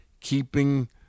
keeping